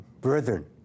Brethren